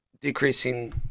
decreasing